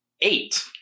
eight